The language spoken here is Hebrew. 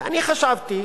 ואני חשבתי